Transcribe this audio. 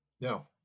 No